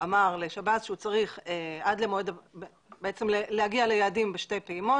נאמר לשב"ס שהוא צריך להגיע ליעדים בשתי פעימות.